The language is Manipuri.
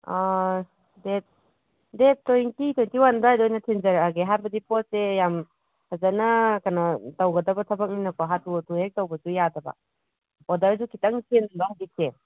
date date twenty twenty one ꯑꯗꯨꯋꯥꯏꯗ ꯑꯣꯏꯅ ꯊꯤꯟꯖꯔꯛꯑꯒꯦ ꯍꯥꯏꯕꯗꯤ ꯄꯣꯠꯁꯦ ꯌꯥꯝ ꯐꯖꯅ ꯀꯩꯅꯣ ꯇꯧꯒꯗꯕ ꯊꯕꯛꯅꯤꯅꯀꯣ ꯍꯥꯊꯨ ꯍꯥꯊꯨ ꯍꯦꯛ ꯇꯧꯕꯁꯨ ꯌꯥꯗꯕ ꯑꯣꯗꯔꯁꯨ ꯈꯤꯇꯪ ꯆꯤꯟꯕ ꯍꯧꯖꯤꯛꯁꯦ